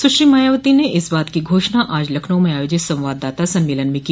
सुश्री मायावती ने इस बात की घोषणा आज लखनऊ में आयोजित संवाददाता सम्मेलन में की